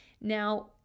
Now